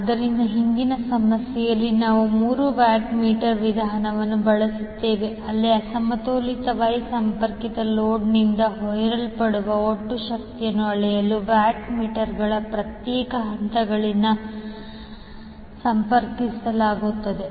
ಆದ್ದರಿಂದ ಹಿಂದಿನ ಸಮಸ್ಯೆಯಲ್ಲಿ ನಾವು ಮೂರು ವ್ಯಾಟ್ ಮೀಟರ್ ವಿಧಾನವನ್ನು ಬಳಸುತ್ತೇವೆ ಅಲ್ಲಿ ಅಸಮತೋಲಿತ Y ಸಂಪರ್ಕಿತ ಲೋಡ್ನಿಂದ ಹೀರಲ್ಪಡುವ ಒಟ್ಟು ಶಕ್ತಿಯನ್ನು ಅಳೆಯಲು ವ್ಯಾಟ್ ಮೀಟರ್ಗಳನ್ನು ಪ್ರತ್ಯೇಕ ಹಂತಗಳಿಗೆ ಸಂಪರ್ಕಿಸಲಾಗುತ್ತದೆ